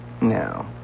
No